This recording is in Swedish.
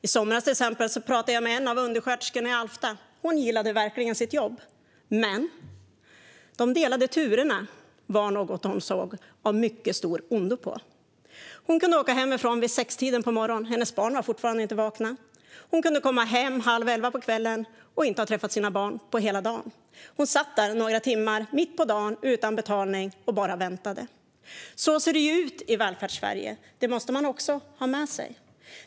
I somras pratade jag med en av undersköterskorna i Alfta. Hon gillade verkligen sitt jobb. Men för henne var de delade turerna av ondo. Hon kunde åka hemifrån vid sextiden på morgonen då hennes barn fortfarande inte var vakna och komma hem halv elva på kvällen och inte ha träffat barnen på hela dagen. Hon satt där i några timmar mitt på dagen utan betalning och bara väntade. Så ser det ut i Välfärdssverige. Det måste man också ha med sig.